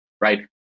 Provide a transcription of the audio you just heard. right